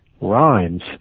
rhymes